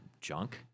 junk